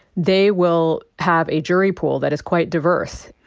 they will have a jury pool that is quite diverse.